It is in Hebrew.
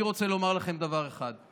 אני רוצה לומר לכם דבר אחד: